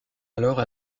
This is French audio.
alors